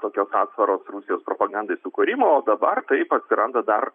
tokios atsvaros rusijos propagandai sukūrimo o dabar taip atsiranda dar